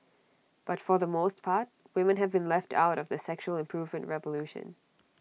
but for the most part women have been left out of the sexual improvement revolution